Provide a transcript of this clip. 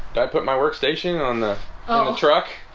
i put my workstation on the truck